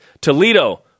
Toledo